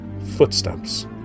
Footsteps